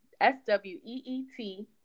S-W-E-E-T